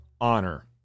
honor